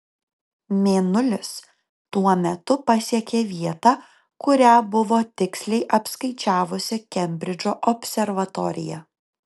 mėnulis tuo metu pasiekė vietą kurią buvo tiksliai apskaičiavusi kembridžo observatorija